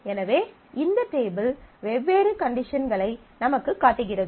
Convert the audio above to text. எனவே இந்த டேபிள் வெவ்வேறு கண்டிஷன்களை நமக்குக் காட்டுகிறது